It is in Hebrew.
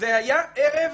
"זה היה ערב